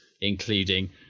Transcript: including